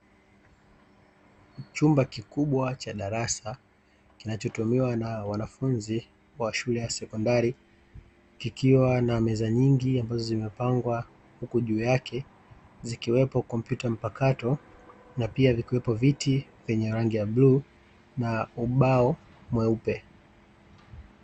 Chumba kikubwa cha darasa kinachotumiwa na wanafunzi wa shule ya sekondari, kikiwa na meza nyingi ambazo zimepangwa. Huku juu yake zikiwepo kompyuta mpakato na pia vikiwepo viti vyenye rangi ya bluu na ubao mweupe.